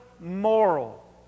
moral